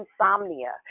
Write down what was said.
insomnia